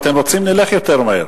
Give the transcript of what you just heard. אבל אם אתם רוצים נלך יותר מהר,